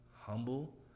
humble